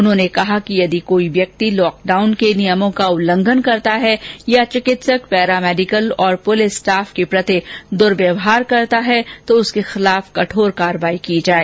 उन्होंने कहा कि यदि कोई व्यक्ति लॉकडाउन के नियमों का उल्लंघन करता है या चिकित्सक पेरामेडिकल और पुलिस स्टाफ के प्रति दुर्व्यवहार करता है तो उसके खिलाफ कठोर कार्यवाही की जाए